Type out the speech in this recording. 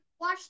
watch